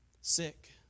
sick